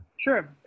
Sure